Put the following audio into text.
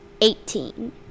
Eighteen